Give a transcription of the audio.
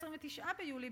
ב-29 ביולי,